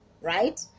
right